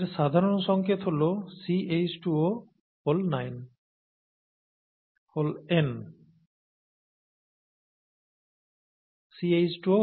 এর সাধারণ সংকেত হল n